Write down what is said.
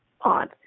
on